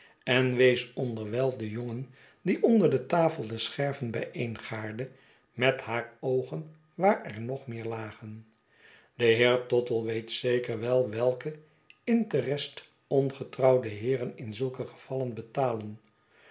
en wees onderwijl den jongen die onder de tafel de scherven bijeen gaarde met haar oogen waar er nog meer lagen de heer tottle weet zeker wel welken intrest ongetrouwde heeren in zulke gevallen betalen